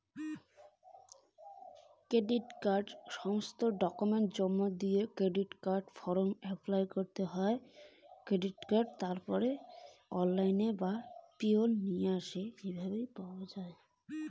Credit card কিভাবে পাওয়া য়ায়?